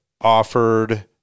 offered